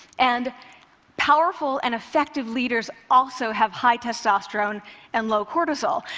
and powerful and effective leaders also have high testosterone and low cortisol.